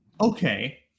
okay